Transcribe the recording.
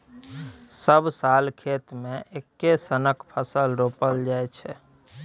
सब साल खेत मे एक्के सनक फसल रोपल जाइ छै